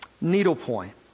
needlepoint